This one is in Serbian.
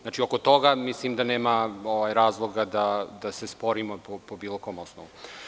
Znači, oko toga mislim da nema razloga da se sporimo po bilo kom osnovu.